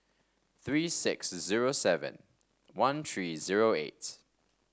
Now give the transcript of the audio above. three six zero seven one three zero eight